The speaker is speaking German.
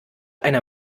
einer